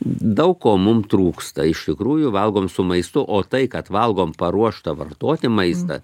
daug ko mum trūksta iš tikrųjų valgom su maistu o tai kad valgom paruoštą vartoti maistą